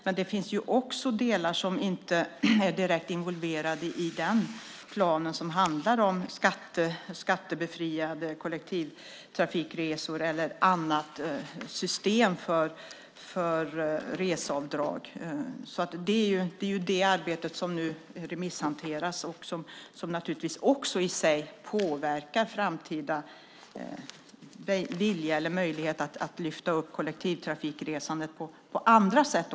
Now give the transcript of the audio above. Men det finns också delar som inte är direkt involverade i den planen, som handlar om skattebefriade kollektivtrafikresor eller ett annat system för reseavdrag. Det är ju det arbetet som nu remisshanteras och som naturligtvis också i sig påverkar framtida vilja eller möjlighet att lyfta upp kollektivtrafikresandet också på andra sätt.